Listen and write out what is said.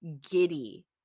giddy